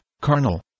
carnal